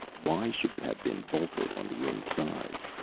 why should it have been bolted on the inside?